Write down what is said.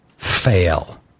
fail